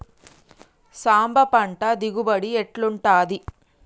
సాంబ పంట దిగుబడి ఎట్లుంటది?